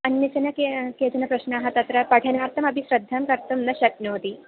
अन्यचन के केचन प्रश्नाः तत्र पठनार्थमपि श्रद्धां कर्तुं न शक्नोति पठनार्थमपि